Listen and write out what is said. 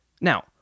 Now